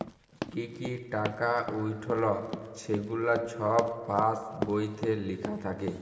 কি কি টাকা উইঠল ছেগুলা ছব পাস্ বইলে লিখ্যা থ্যাকে